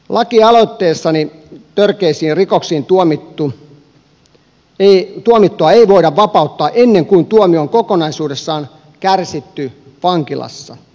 lakialoitteessani törkeisiin rikoksiin tuomittua ei voida vapauttaa ennen kuin tuomio on kokonaisuudessaan kärsitty vankilassa